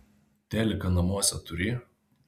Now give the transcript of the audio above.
teliką namuose turi